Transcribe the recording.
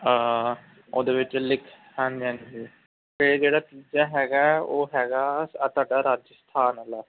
ਉਹਦੇ ਵਿੱਚ ਲਿਖ ਹਾਂਜੀ ਹਾਂਜੀ ਅਤੇ ਜਿਹੜਾ ਤੀਜਾ ਹੈਗਾ ਉਹ ਹੈਗਾ ਅ ਤੁਹਾਡਾ ਰਾਜਸਥਾਨ ਵਾਲਾ